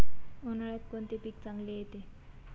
उन्हाळ्यात कोणते पीक चांगले येते?